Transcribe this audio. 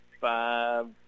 five